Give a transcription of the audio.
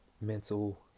mental